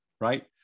right